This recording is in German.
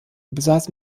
besaß